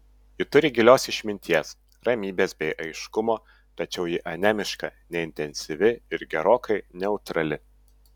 ji turi gilios išminties ramybės bei aiškumo tačiau ji anemiška neintensyvi ir gerokai neutrali